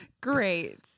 great